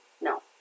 No